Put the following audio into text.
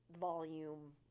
volume